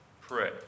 pray